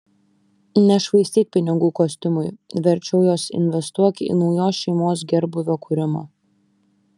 nešvaistyk pinigų kostiumui verčiau juos investuok į naujos šeimos gerbūvio kūrimą